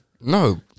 no